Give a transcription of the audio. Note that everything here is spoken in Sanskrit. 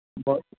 भवतु